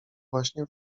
właśnie